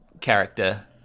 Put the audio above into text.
character